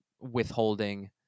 withholding